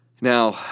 Now